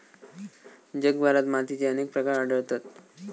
जगभरात मातीचे अनेक प्रकार आढळतत